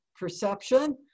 perception